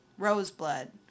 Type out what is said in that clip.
Roseblood